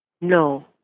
No